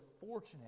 fortunate